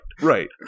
right